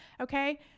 okay